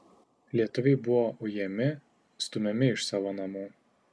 lietuviai buvo ujami stumiami iš savo namų